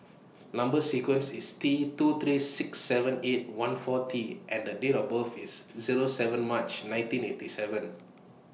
Number sequence IS T two three six seven eight one four T and Date of birth IS Zero seven March nineteen eighty seven